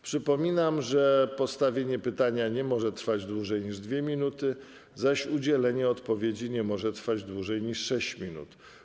Przypominam, że postawienie pytania nie może trwać dłużej niż 2 minuty, zaś udzielenie odpowiedzi nie może trwać dłużej niż 6 minut.